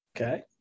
Okay